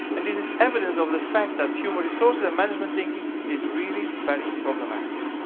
and this is evidence of the fact that human resources and management thinking is really very problematic.